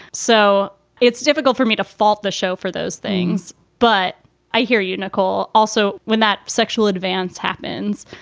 so it's difficult for me to fault the show for those things. but i hear you, nicole. also, when that sexual advance happens,